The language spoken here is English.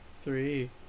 three